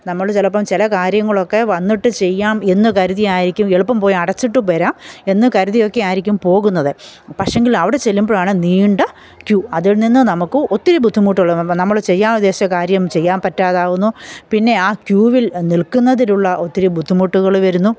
നമ്മൾ ചിലപ്പം ചില കാര്യങ്ങളൊക്കെ വന്നിട്ട് ചെയ്യാം എന്ന് കരുതി ആയിരിക്കും എളുപ്പം പോയി അടച്ചിട്ടുവരാം എന്ന് കരുതിയൊക്കെ ആയിരിക്കും പോകുന്നത് പക്ഷേങ്കില് അവിടെ ചെല്ലുമ്പോഴാണ് നീണ്ട ക്യൂ അതില്നിന്ന് നമുക്ക് ഒത്തിരി ബുദ്ധിമുട്ടുകൾ നമ്മൾ ചെയ്യാൻ ഉദ്ദേശിച്ച കാര്യം ചെയ്യാൻ പറ്റാതാവുന്നു പിന്നെ ആ ക്യൂവില് നില്ക്കുന്നതിലുള്ള ഒത്തിരി ബുദ്ധിമുട്ടുകൾ വരുന്നു